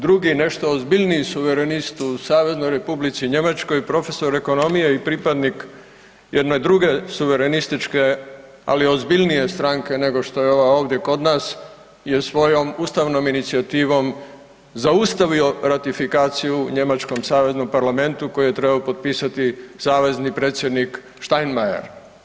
Drugi nešto ozbiljniji suverenist u SR Njemačkoj profesor ekonomije i pripadnik jedne druge suverenističke, ali ozbiljnije stranke nego što je ova ovdje kod nas je svojom ustavnom inicijativom zaustavio ratifikaciju u njemačkom saveznom parlamentu koji je trebao potpisati savezni predsjednik Štajnmajer.